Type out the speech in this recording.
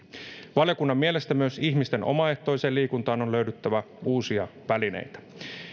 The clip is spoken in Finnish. valiokunnan mielestä myös ihmisten omaehtoiseen liikuntaan on löydyttävä uusia välineitä